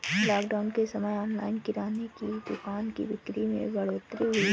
lockdown के समय online किराने की दुकानों की बिक्री में बढ़ोतरी हुई है